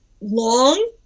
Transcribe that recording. long